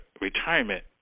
retirement